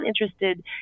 interested